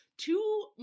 two